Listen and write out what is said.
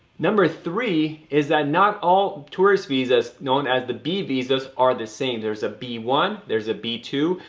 number three is that not all tourist visas known as the b-visas are the same. there's a b one. there's a b two.